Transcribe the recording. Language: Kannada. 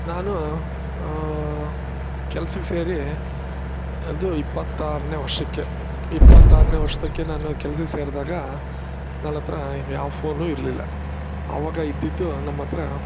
ನಾನು ಕೆಲ್ಸಕ್ಕೆ ಸೇರಿ ಅದು ಇಪ್ಪತ್ತಾರನೇ ವರ್ಷಕ್ಕೆ ಇಪ್ಪತ್ತಾರನೇ ವರ್ಷಕ್ಕೆ ನಾನು ಕೆಲ್ಸಕ್ಕೆ ಸೇರಿದಾಗ ನನ್ನ ಹತ್ರ ಯಾವ ಫೋನು ಇರಲಿಲ್ಲ ಆವಾಗ ಇದ್ದಿದ್ದು ನಮ್ಮ ಹತ್ರ